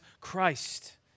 Christ